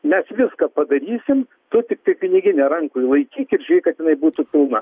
mes viską padarysim tu tiktai pinigine rankoje laikyk ir žiūrėk kad jinai būtų pilna